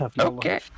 okay